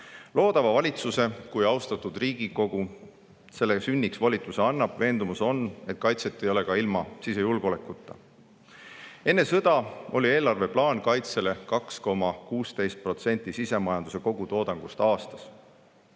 vastust. Loodava valitsuse – kui austatud Riigikogu selle sünniks volituse annab – veendumus on, et kaitset ei ole ka ilma sisejulgeolekuta. Enne sõda oli eelarves kaitsele planeeritud 2,16% sisemajanduse kogutoodangust aastas.